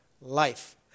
life